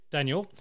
Daniel